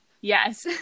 yes